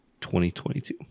2022